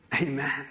Amen